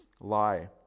lie